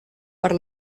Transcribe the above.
per